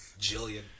Jillian